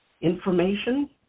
information